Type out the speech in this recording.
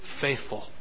faithful